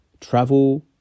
Travel